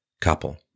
couple